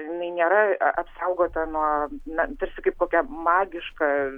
jinai nėra apsaugota nuo na tarsi kaip kokia magiška